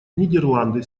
нидерланды